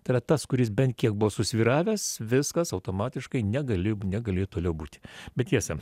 tai yra tas kuris bent kiek buvo susvyravęs viskas automatiškai negali negali toliau būti bet tiesa